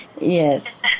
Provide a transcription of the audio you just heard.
Yes